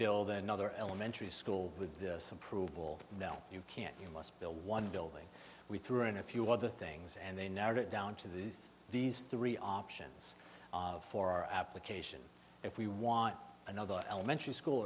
build another elementary school with this approval you can't you must build one building we threw in a few other things and they narrowed it down to these these three options for our application if we want another elementary school